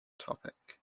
topic